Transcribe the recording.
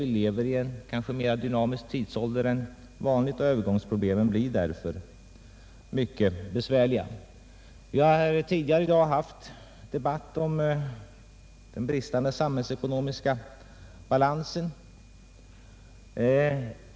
Vi lever i en ovanligt dynamisk tidsålder, och övergångsproblemen blir därför mycket besvärliga. Vi har tidigare i dag fört en debatt om den bristande samhällsekonomiska balansen.